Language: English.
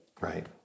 Right